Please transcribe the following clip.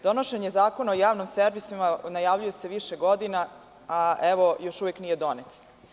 Donošenje zakona o javnom servisu najavljuje se više godina, a evo još uvek nije donet.